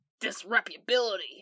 disreputability